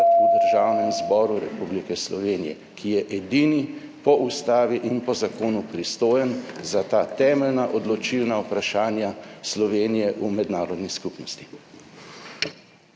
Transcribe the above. v Državnem zboru Republike Slovenije, ki je edini po ustavi in po zakonu pristojen za ta temeljna odločilna vprašanja Slovenije v mednarodni skupnosti.